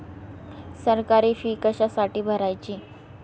सरकारी फी कशासाठी भरायची